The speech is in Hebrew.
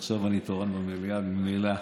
עכשיו אני תורן במליאה ממילא.